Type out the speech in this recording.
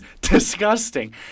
disgusting